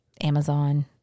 Amazon